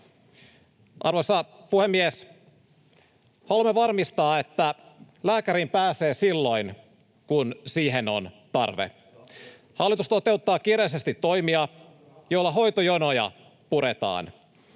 Arvoisa puhemies! Haluamme varmistaa, että lääkäriin pääsee silloin, kun siihen on tarve. Hallitus toteuttaa kiireellisesti toimia, joilla hoitojonoja puretaan.